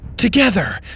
Together